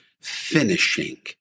finishing